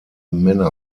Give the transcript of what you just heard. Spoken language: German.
männer